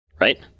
right